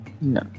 No